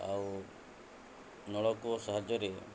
ଆଉ ନଳକୂଅ ସାହାଯ୍ୟରେ